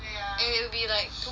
it will be like too much lor